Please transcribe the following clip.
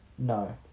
No